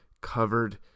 covered